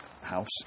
house